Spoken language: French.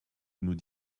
nous